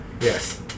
Yes